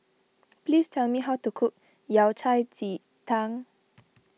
please tell me how to cook Yao Cai Ji Tang